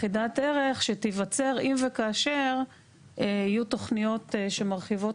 לכידת ערך שתיווצר אם וכאשר יהיו תוכניות שמרחיבות